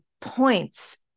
points